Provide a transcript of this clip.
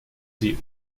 sie